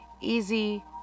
easy